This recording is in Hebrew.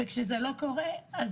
כשזה לא קורה אז